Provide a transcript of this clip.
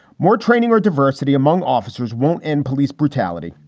more training or diversity among officers won't end police brutality.